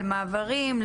למעברים,